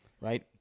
right